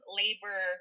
labor